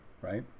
right